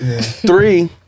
Three